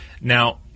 Now